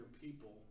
people